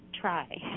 try